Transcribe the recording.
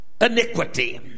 iniquity